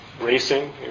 racing